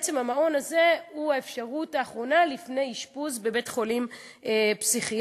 בעצם המעון הזה הוא האפשרות האחרונה לפני אשפוז בבית-חולים פסיכיאטרי.